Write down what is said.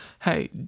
hey